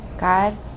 God